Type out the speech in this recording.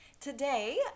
today